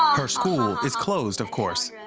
her school is closed, of course.